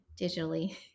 digitally